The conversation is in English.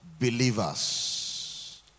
believers